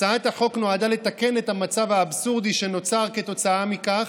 הצעת החוק נועדה לתקן את המצב האבסורדי שנוצר כתוצאה מכך: